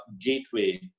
gateway